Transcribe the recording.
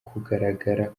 kugaragara